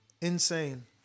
Insane